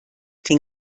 den